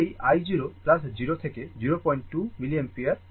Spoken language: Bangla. এই i 0 0 থেকে 02 মিলিঅ্যাম্পিয়ার হয়ে যাবে